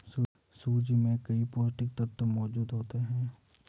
सूजी में कई पौष्टिक तत्त्व मौजूद होते हैं